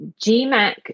GMAC